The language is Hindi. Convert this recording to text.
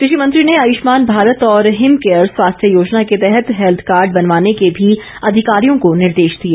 कृषि मंत्री ने आयुष्मान भारत और हिम केयर स्वास्थ्य योजना के तहत हेल्थ कार्ड बनवाने के भी अधिकारियों को निर्देश दिए